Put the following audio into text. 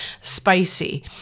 spicy